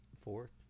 fourth